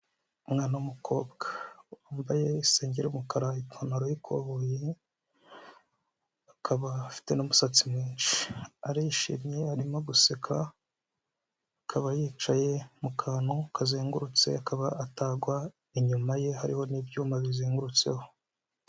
Umwana w'umukobwa wambaye isengeri y'umukara, ipantaro y'ikoboyi, akaba afite n'umusatsi mwinshi, arishimye arimo guseka, akaba yicaye mu kantu kazengurutse, akaba atagwa inyuma ye hariho n'ibyuma bizengurutseho.